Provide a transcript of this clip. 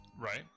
Right